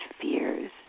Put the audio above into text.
fears